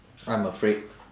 I'm afraid